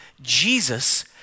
Jesus